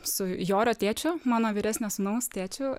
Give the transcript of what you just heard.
su jorio tėčiu mano vyresnio sūnaus tėčiu